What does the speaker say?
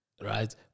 Right